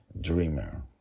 dreamer